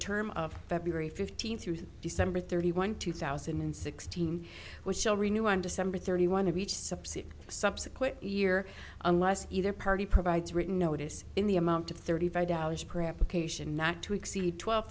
term of february fifteenth through december thirty one two thousand and sixteen which shall renu on december thirty one of each subsidy subsequent year unless either party provides written notice in the amount of thirty five dollars per application not to exceed twelve